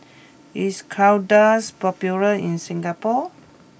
is Kordel's popular in Singapore